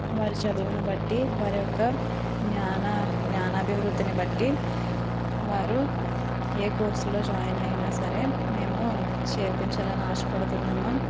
వారి చదువును బట్టి వారి యొక్క జ్ఞాన జ్ఞాన అభివృద్ధిని బట్టి వారు ఏ కోర్సు లో జాయిన్ అయినా సరే మేము చేర్పించాలని ఆశపడుతున్నాము